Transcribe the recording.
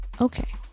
Okay